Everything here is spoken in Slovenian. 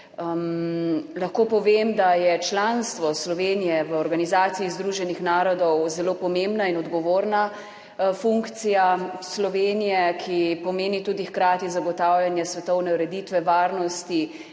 Lahko povem, da je članstvo Slovenije v Organizaciji združenih narodov zelo pomembna in odgovorna funkcija Slovenije, ki hkrati pomeni tudi zagotavljanje svetovne ureditve, varnosti,